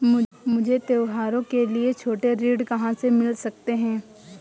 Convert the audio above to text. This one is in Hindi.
मुझे त्योहारों के लिए छोटे ऋण कहाँ से मिल सकते हैं?